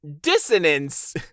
dissonance